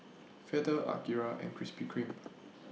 Feather Akira and Krispy Kreme